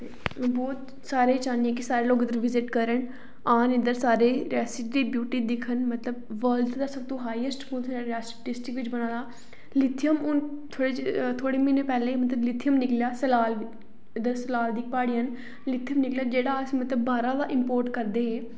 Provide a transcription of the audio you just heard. बहुत अस एह् चाहन्ने आं के साढ़े इद्धर लोक बिजट करन औन इद्धर सारे रियासी दी ब्यूर्टी दिक्खन मतलब बर्ल्ड दा सब तू हाईऐस्ट पुल रियासी डिस्ट्रिक्ट बिच बना दा ऐ लिथियम हून थोह्ड़े म्हीने पैहलें मतलब लिथियम निकलेआ सलाल इद्धर सलाल दियां प्हाडियां ना लिथियम निकलेआ जेहड़ा् अस मतलब बाहरा दा इम्पोट करदे हे